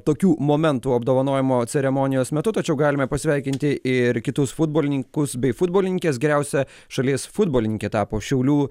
tokių momentų apdovanojimo ceremonijos metu tačiau galime pasveikinti ir kitus futbolininkus bei futbolininkes geriausia šalies futbolininkė tapo šiaulių